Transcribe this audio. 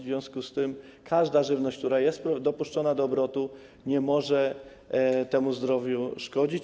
W związku z tym żadna żywność, która jest dopuszczona do obrotu, nie może temu zdrowiu szkodzić.